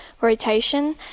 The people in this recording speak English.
rotation